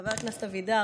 חבר הכנסת אבידר,